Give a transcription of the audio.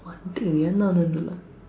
wonder என்னாது இது எல்லா:ennaathu ithu ellaa